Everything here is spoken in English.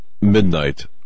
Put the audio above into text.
midnight